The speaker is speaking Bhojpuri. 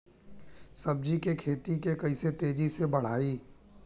सब्जी के खेती के कइसे तेजी से बढ़ाई?